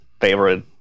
favorite